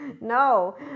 no